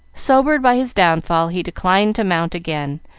sobered by his downfall, he declined to mount again,